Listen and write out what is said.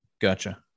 Gotcha